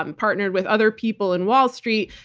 um partnered with other people in wall street,